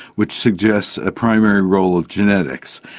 which suggests a primary role of genetics,